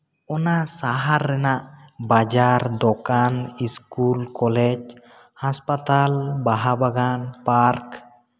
ᱚᱱᱟ ᱥᱟᱦᱟᱨ ᱨᱮᱱᱟᱜ ᱵᱟᱡᱟᱨ ᱫᱚ ᱫᱚᱠᱟᱱ ᱤᱥᱠᱩᱞ ᱠᱚᱞᱮᱡᱽ ᱦᱟᱥᱯᱟᱛᱟᱞ ᱵᱟᱦᱟ ᱵᱟᱜᱟᱱ ᱯᱟᱨᱠ